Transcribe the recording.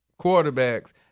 quarterbacks